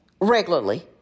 regularly